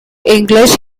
english